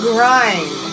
Grind